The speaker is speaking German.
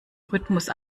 rhythmus